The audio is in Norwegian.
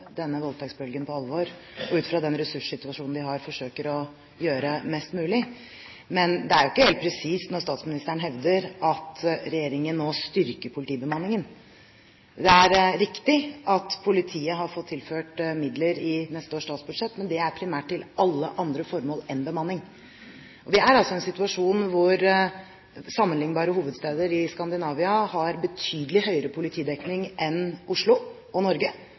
denne voldtektsbølgen på alvor, og ut fra den ressurssituasjonen de har, forsøker å gjøre mest mulig. Men det er jo ikke helt presist når statsministeren hevder at regjeringen nå styrker politibemanningen. Det er riktig at politiet har fått tilført midler i neste års statsbudsjett, men det er primært til alle andre formål enn bemanning. Vi er altså i en situasjon hvor sammenliknbare hovedsteder i Skandinavia har betydelig høyere politidekning enn Oslo og Norge.